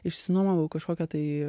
išsinuomavau kažkokią tai